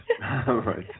Right